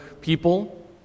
people